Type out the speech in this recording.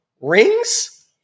rings